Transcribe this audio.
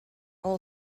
all